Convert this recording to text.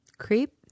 creep